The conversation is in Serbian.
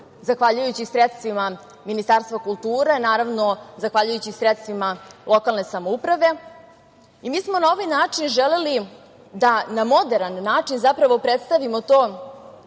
zahvaljujući sredstvima Ministarstva kulture, zahvaljujući sredstvima lokalne samouprave. Mi smo na ovaj način želeli da na moderan način zapravo predstavimo to